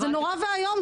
זה נורא ואיום,